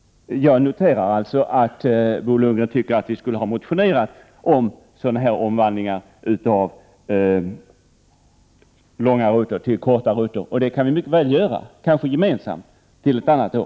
Jag noterar att Bo Lundgren tycker att vi skulle ha motionerat om omvandlingar av långa rutter till korta. Det kan vi mycket väl göra, kanske gemensamt till ett annat år.